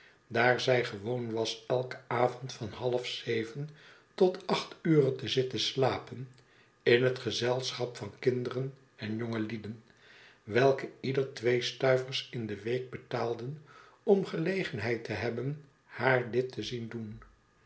daar z'y gewoon was elken avond van half zeven tot acht ure te zitten slapen in het gezelschap van kinderen en jongelieden welke ieder twee stuivers in de week betaalden om gelegenheid te hebben haar dit te zien doen